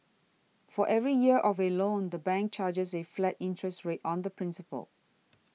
for every year of a loan the bank charges a flat interest rate on the principal